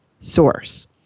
source